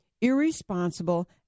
irresponsible